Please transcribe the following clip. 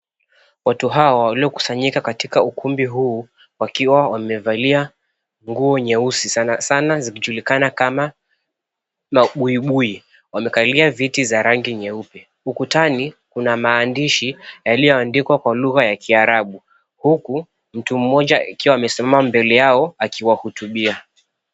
Watu hawa waliokusanyika katika ukumbi huu, wakiwa wamevalia nguo nyeusi sanasana zikijulikana kama mabuibui. Wamekalia viti za rangi nyeupe ukutani kuna maandishi yaliyoandikwa kwa lugha ya kiarabu huku mtu mmoja akiwa amesimama mbele yao akiwahutubia.